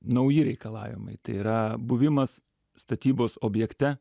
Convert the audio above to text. nauji reikalavimai tai yra buvimas statybos objekte